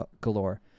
galore